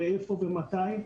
איפה ומתי.